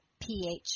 pH